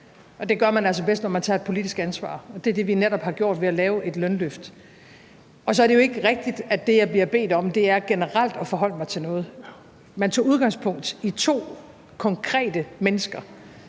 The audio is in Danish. Det gør man altså bedst, når man tager et politisk ansvar, og det er det, vi netop har gjort ved at lave et lønløft. Og så er det jo ikke rigtigt, at det, jeg bliver bedt om, er generelt at forholde mig til noget. Man tog udgangspunkt i to konkrete mennesker,